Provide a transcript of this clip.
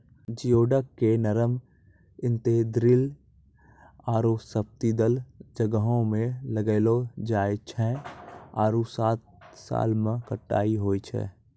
geoduck के नरम intertidal आरो सब्तिदल जग्हो में लगैलो जाय छै आरो सात साल में कटाई होय छै